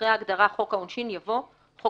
אחרי ההגדרה "חוק העונשין" יבוא: ""חוק